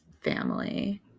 family